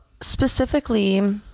specifically